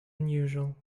unusual